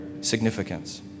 significance